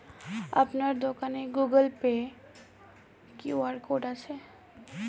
আপনার দোকানে Google Pay QR code আছে?